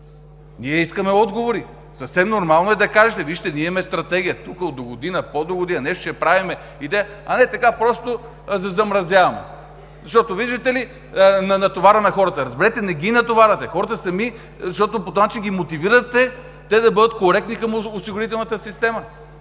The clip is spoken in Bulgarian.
Ние искаме отговори! Съвсем нормално е да кажете: „Вижте, ние имаме стратегия тук, от догодина или пό догодина нещо ще правим, а не така просто – да замразяваме, защото, виждате ли, натоварваме хората“. Разберете, не ги натоварвате! Хората сами по този начин ги мотивирате да бъдат коректни към осигурителната система.